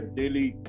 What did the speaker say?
daily